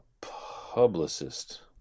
publicist